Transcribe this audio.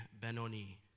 Benoni